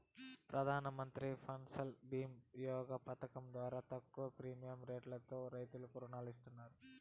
ప్రధానమంత్రి ఫసల్ భీమ యోజన పథకం ద్వారా తక్కువ ప్రీమియం రెట్లతో రైతులకు రుణాలు వస్తాయి